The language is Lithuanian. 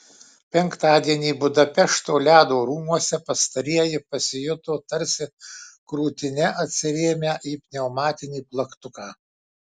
penktadienį budapešto ledo rūmuose pastarieji pasijuto tarsi krūtine atsirėmę į pneumatinį plaktuką